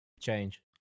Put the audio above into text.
change